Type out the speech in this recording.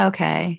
Okay